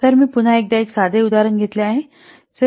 तर मी पुन्हा एक साधे उदाहरण घेतले आहे